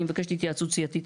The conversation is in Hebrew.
אני מבקשת התייעצות סיעתית,